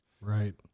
Right